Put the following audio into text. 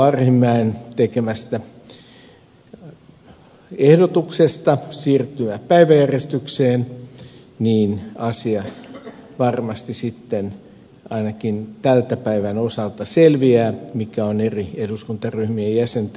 arhinmäen tekemästä ehdotuksesta siirtyä päiväjärjestykseen varmasti sitten ainakin tämän päivän osalta selviää mitkä ovat eri eduskuntaryhmien jäsenten kannat